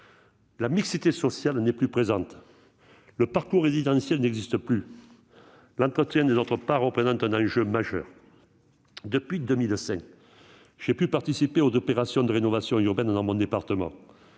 la mixité sociale n'est plus présente ; le parcours résidentiel n'existe plus ... L'entretien et la rénovation de notre parc représentent donc un enjeu majeur. Depuis 2005, j'ai pu participer aux opérations de rénovation urbaine dans mon département